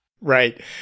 Right